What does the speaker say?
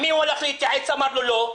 עם מי הוא הלך להתייעץ שאמר לו לא?